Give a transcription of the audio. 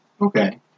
okay